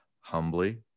humbly